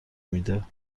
میده